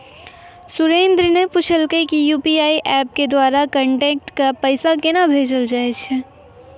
सुरेन्द्र न पूछलकै कि यू.पी.आई एप्प के द्वारा कांटैक्ट क पैसा केन्हा भेजलो जाय छै